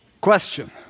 Question